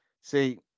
See